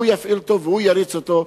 הוא יפעיל אותו והוא יריץ אותו.